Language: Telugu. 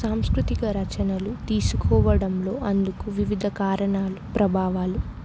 సాంస్కృతిక రచనలు తీసుకోవడంలో అందుకు వివిధ కారణాలు ప్రభావాలు